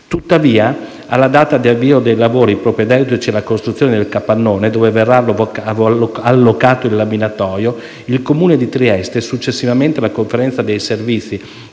Tuttavia, alla data di avvio dei lavori propedeutici alla costruzione del capannone dove verrà allocato il laminatoio, il Comune di Trieste, successivamente alla Conferenza dei servizi